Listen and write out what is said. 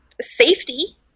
safety